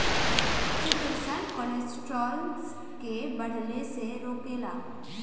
chitosan cholesterol के बढ़ले से रोकेला